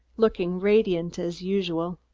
looking radiant as usual.